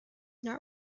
not